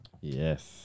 yes